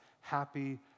happy